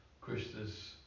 Krishna's